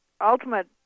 Ultimate